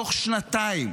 תוך שנתיים.